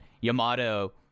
Yamato